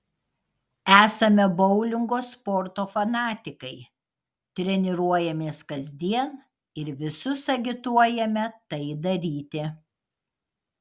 esame boulingo sporto fanatikai treniruojamės kasdien ir visus agituojame tai daryti